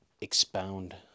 expound